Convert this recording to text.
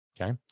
okay